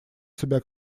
себя